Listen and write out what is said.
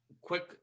quick